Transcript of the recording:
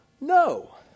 No